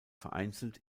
vereinzelt